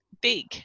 big